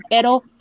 Pero